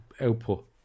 output